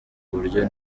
uburyo